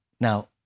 Now